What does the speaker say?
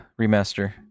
remaster